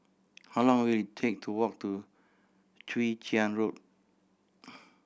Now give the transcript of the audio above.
how long will it take to walk to Chwee Chian Road